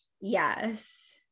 Yes